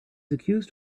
accused